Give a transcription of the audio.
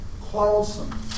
quarrelsome